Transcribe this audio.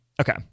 Okay